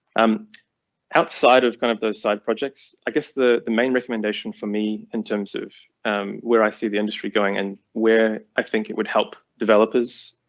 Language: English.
i'm outside of kind of those side projects. i guess the the main recommendation for me in terms of um where i see the industry going and where i think it would help developers,